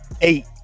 eight